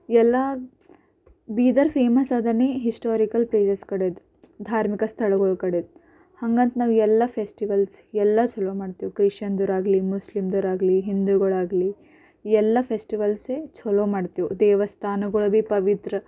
ಎಲ್ಲ ಬೀದರ್ ಫೇಮಸ್ ಅದಾನೆ historical places ಕಡೆದು ಧಾರ್ಮಿಕ ಸ್ಥಳಗಳು ಕಡೆದು ಹಂಗಂತ ನಾವು ಎಲ್ಲ ಫೆಸ್ಟಿವಲ್ಸ್ ಎಲ್ಲ ಚಲೋ ಮಾಡ್ತೀವಿ ಕ್ರಿಶಂದಿರಾಗಲಿ ಮುಸ್ಲಿಮ್ದರಾಗಲಿ ಹಿಂದುಗಳಾಗಲಿ ಎಲ್ಲ ಫೆಸ್ಟಿವಲ್ಸೆ ಚಲೋ ಮಾಡ್ತೀವಿ ದೇವಸ್ಥಾನಗಳು ಭೀ ಪವಿತ್ರ